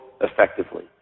effectively